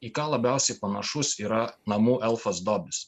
į ką labiausiai panašus yra namų elfas dobis